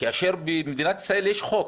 כאשר במדינת ישראל יש חוק.